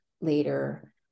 later